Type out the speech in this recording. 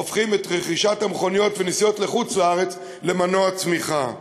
הופכים את רכישת המכוניות ונסיעות לחוץ-לארץ למנוע צמיחה.